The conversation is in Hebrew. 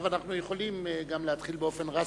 ועכשיו אנחנו יכולים גם להתחיל באופן רשמי.